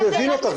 אני מבין אותך,